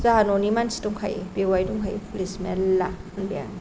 जाहा न'नि मानसि दंखायो बेउवाय दंखायो पुलिस मेरल्ला होनबाय आङो